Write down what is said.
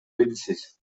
белгисиз